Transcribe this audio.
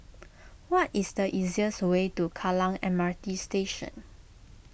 what is the easiest way to Kallang M R T Station